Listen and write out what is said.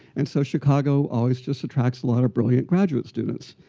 and so, chicago always just attracts a lot of brilliant graduate students.